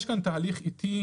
יש כאן תהליך איטי